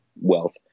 wealth